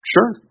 Sure